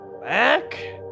back